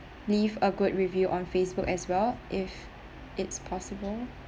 leave a good review on Facebook as well if it's possible